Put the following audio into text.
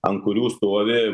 ant kurių stovi